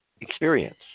experience